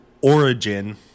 origin